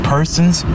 Persons